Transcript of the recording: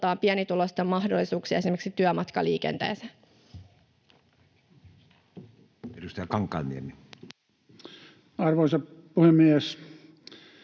pienituloisten mahdollisuuksia esimerkiksi työmatkaliikenteeseen. Edustaja Kankaanniemi. Arvoisa puhemies!